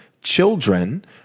children